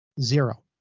zero